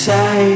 Say